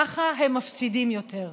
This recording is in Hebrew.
ככה הם מפסידים יותר.